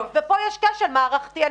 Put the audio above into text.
כאן יש כשל מערכתי.